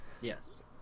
yes